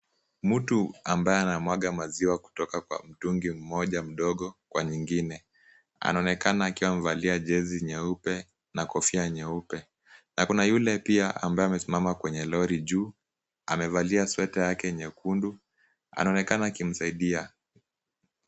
Mtu ambaye anamwaga maziwa kutoka kwa mtungi mmoja mdogo kwa nyingine. Anonekana akiwa mvalia jezi nyeupe na kofia nyeupe, na kuna yule pia ambaye amesimama kwenye lori juu amevalia sweta yake nyekundu anonekana akimsaidia.